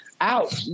Ouch